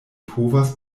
povas